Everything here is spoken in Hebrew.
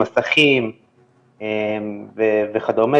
מסכים וכדומה,